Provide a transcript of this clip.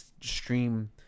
stream